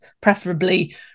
preferably